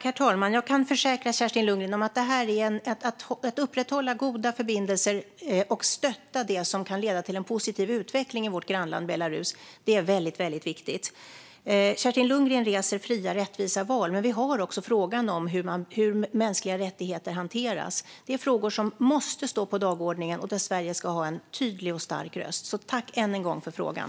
Herr talman! Jag kan försäkra Kerstin Lundgren att det är viktigt att upprätthålla goda förbindelser och stötta det som kan leda till en positiv utveckling i vårt grannland Belarus. Kerstin Lundgren lyfter upp frågan om fria och rättvisa val. Men vi har också frågan om hur mänskliga rättigheter hanteras. Det är frågor som måste stå på dagordningen. Där ska Sverige ha en tydlig och stark röst. Tack än en gång för frågan!